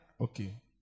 Okay